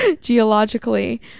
geologically